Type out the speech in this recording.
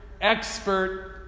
expert